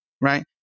right